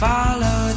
Follow